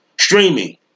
Streaming